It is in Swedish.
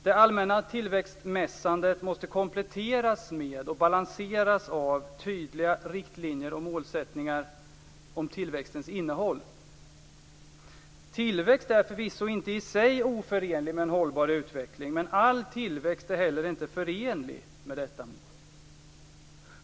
Det allmänna tillväxtmässandet måste kompletteras med och balanseras av tydliga riktlinjer och målsättningar om tillväxtens innehåll. Tillväxt är förvisso inte i sig oförenlig med en hållbar utveckling, men all tillväxt är heller inte förenlig med detta mål.